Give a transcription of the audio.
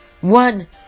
One